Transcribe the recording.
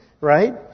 right